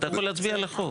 אתה יכול להצביע על החוק.